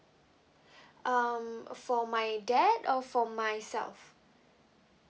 um uh for my dad or for myself